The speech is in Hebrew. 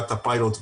פיילוט,